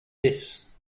this